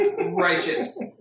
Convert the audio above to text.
righteous